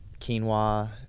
quinoa